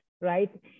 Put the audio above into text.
right